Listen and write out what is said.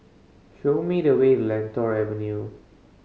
show me the way in Lentor Avenue